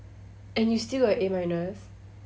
and you still got A minus